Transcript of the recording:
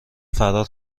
فرار